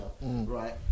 Right